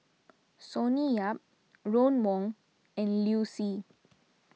Sonny Yap Ron Wong and Liu Si